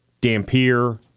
Dampier